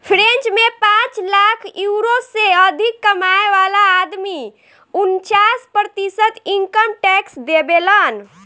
French में पांच lakh euro से अधिक कमाए वाला आदमी उनन्चास प्रतिशत इनकम टैक्स देबेलन